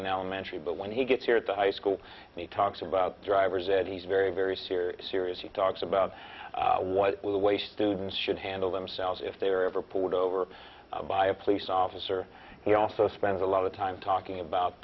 in elementary but when he gets here at the high school he talks about driver's ed he's very very serious serious he talks about what the way students should handle themselves if they are ever pulled over by a police officer he also spends a lot of time talking about